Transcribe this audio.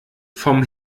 vom